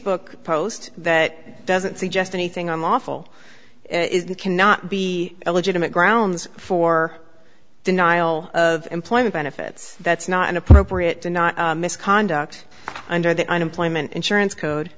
book post that doesn't suggest anything unlawful cannot be a legitimate grounds for denial of employment benefits that's not an appropriate and not misconduct under the unemployment insurance code